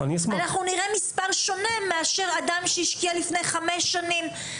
אנחנו נראה מספר שונה מאשר אדם שהשקיע לפני חמש שנים